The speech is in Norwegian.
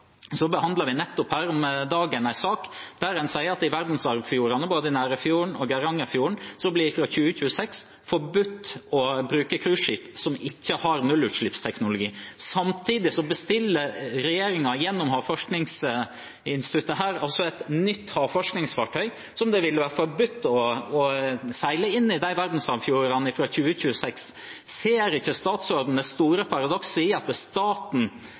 Vi behandlet nettopp her om dagen en sak der det i verdensarvfjordene, både i Nærøyfjorden og Geirangerfjorden, fra 2026 blir forbudt med cruiseskip som ikke har nullutslippsteknologi. Samtidig bestiller regjeringen gjennom Havforskningsinstituttet altså et nytt havforskningsfartøy som det vil være forbudt å seile inn i de verdensarvfjordene med fra 2026. Ser ikke statsråden det store paradokset i at staten